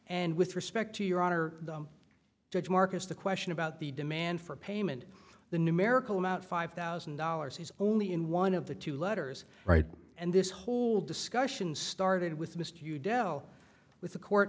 and with respect to your honor the judge marcus the question about the demand for payment the numerical amount five thousand dollars is only in one of the two letters right and this whole discussion started with missed you del with the court